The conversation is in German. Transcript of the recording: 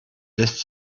lässt